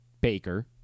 Baker